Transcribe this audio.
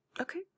Okay